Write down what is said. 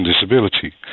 disability